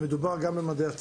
מדובר גם במדעי הטבע,